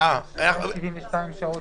72 שעות